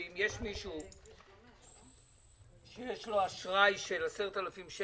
שאם יש מישהו שיש לו אשראי של 10,000 או